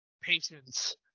patience